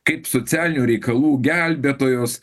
kaip socialinių reikalų gelbėtojos